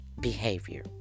behavior